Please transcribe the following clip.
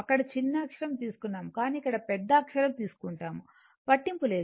అక్కడ చిన్న అక్షరం తీసుకున్నాం కానీ ఇక్కడ అది పెద్ద అక్షరం తీసుకుంటాము పట్టింపు లేదు